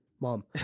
mom